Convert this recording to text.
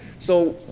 so,